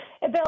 Bill